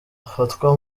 afatwa